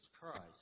Christ